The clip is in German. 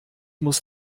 muss